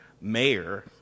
mayor